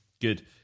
Good